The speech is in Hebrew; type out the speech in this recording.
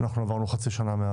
ומאז עברה כבר חצי שנה.